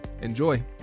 Enjoy